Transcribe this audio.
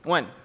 One